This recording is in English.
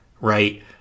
right